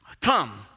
come